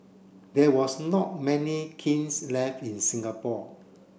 there was not many kilns left in Singapore